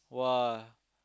!wah!